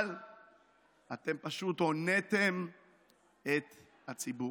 אבל אתם פשוט הוניתם את הציבור,